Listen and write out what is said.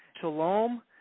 Shalom